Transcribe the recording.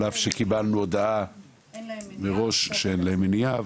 על אף שקיבלנו הודעה מראש שאין להם מניעה,